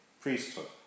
priesthood